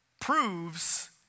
proves